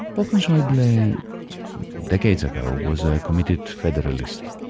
wolfgang schaeuble, and decades ago, was a committed federalist,